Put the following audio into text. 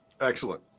excellent